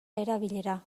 erabilera